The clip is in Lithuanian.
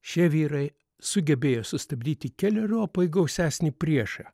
šie vyrai sugebėjo sustabdyti keleriopai gausesnį priešą